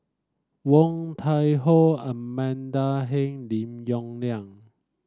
Woon Tai Ho Amanda Heng Lim Yong Liang